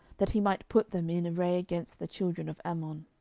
that he might put them in array against the children of ammon.